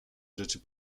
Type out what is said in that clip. rzeczy